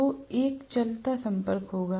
तो एक चलता संपर्क होगा